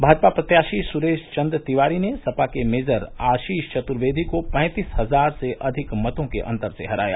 भाजपा प्रत्याशी सुरेश चंद्र तिवारी ने सपा के मेजर आशीष चतुर्वेदी को पैंतीस हजार से अधिक मतों के अंतर से हराया